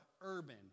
urban